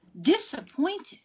Disappointed